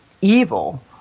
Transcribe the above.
evil